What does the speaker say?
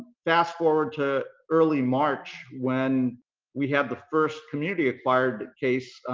fast-forward to early march when we have the first community-acquired case